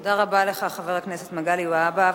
תודה רבה לך, חבר הכנסת מגלי והבה.